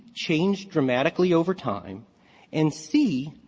changed dramatically over time and c,